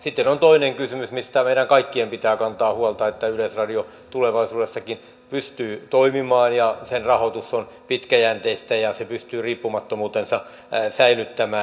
sitten on toinen kysymys mistä meidän kaikkien pitää kantaa huolta että yleisradio tulevaisuudessakin pystyy toimimaan ja sen rahoitus on pitkäjänteistä ja se pystyy riippumattomuutensa säilyttämään